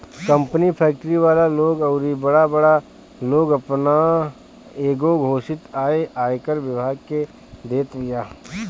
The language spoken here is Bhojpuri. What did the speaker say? कंपनी, फेक्ट्री वाला लोग अउरी बड़ बड़ लोग आपन एगो घोषित आय आयकर विभाग के देत बिया